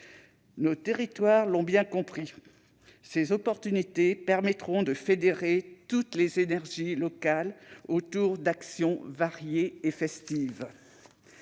Nos territoires l'ont bien compris. Ces événements permettront de fédérer toutes les énergies locales autour d'actions variées et festives.